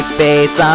face